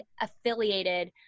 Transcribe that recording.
affiliated